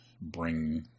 bring